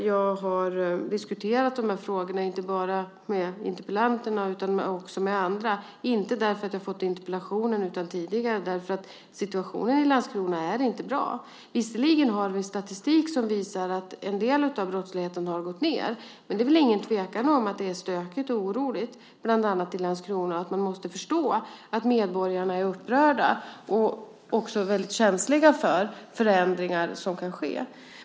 Jag har diskuterat dessa frågor inte bara med interpellanterna utan också med andra, inte därför att jag har fått interpellationen utan tidigare därför att situationen i Landskrona inte är bra. Visserligen har vi en statistik som visar att en del av brottsligheten har minskat. Men det är ingen tvekan om att det är stökigt och oroligt bland annat i Landskrona och att man måste förstå att medborgarna är upprörda och också väldigt känsliga för förändringar som kan ske.